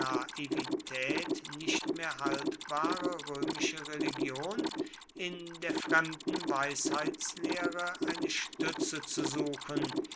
nicht mehr haltbare römische religion in der fremden weisheitslehre eine stütze zu suchen